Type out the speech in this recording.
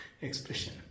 expression